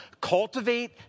Cultivate